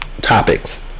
topics